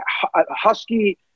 husky-